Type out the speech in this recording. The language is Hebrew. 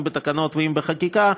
אם בתקנות ואם בחקיקה,